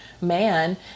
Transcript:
man